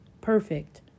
perfect